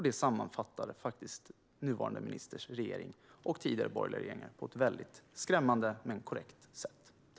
Det sammanfattar nuvarande ministers regering och tidigare borgerliga regeringar på ett skrämmande, men korrekt, sätt.